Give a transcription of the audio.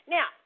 Now